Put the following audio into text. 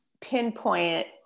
pinpoint